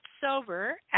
sober